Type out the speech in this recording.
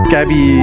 Gabby